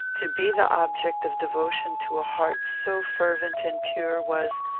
to be the object of devotion to a heart so fervent and pure was,